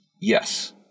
Yes